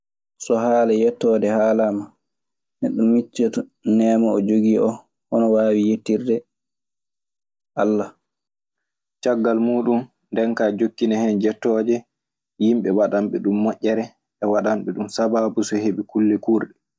So haala yettooje haalaama, neɗɗo miccitinto neema o jogi o, hono wawi yettirde Allah. Caggal muuɗun. Nden kaa aɗe jokkinan hen jettooje yimɓe waɗan ɓe ɗum moƴƴere, e waɗanɓe ɗun sabaabu so heɓi kulle kuurɗe.